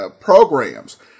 programs